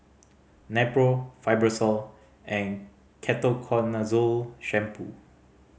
Nepro Fibrosol and Ketoconazole Shampoo